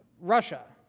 russia,